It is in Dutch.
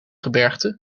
gebergte